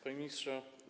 Panie Ministrze!